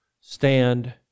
stand